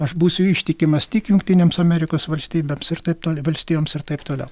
aš būsiu ištikimas tik jungtinėms amerikos valstybėms ir taip toliau valstijoms ir taip toliau